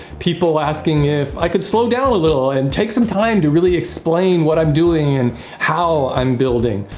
people asking if i could slow down a little and take some time to really explain what i'm doing and how i'm building.